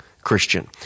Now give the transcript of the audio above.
Christian